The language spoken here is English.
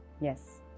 yes